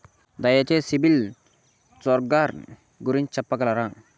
దయచేసి CIBIL score గురించి చెప్పగలరా?